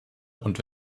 und